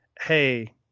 Hey